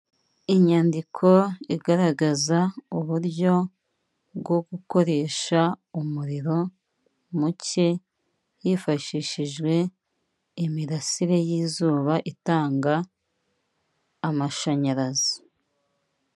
Inyandiko igaragaza uburyo bwo gukoresha umuriro muke hifashishijwe imirasire y'izuba itanga amashanyarazi.